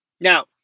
Now